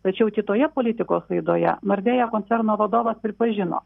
tačiau kitoje politikos laidoje nordea koncerno vadovas pripažino